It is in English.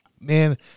Man